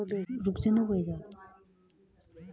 शीतकालीन में हम टमाटर की खेती कैसे कर सकते हैं?